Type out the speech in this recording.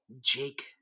Jake